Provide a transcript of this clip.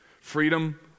freedom